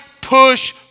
push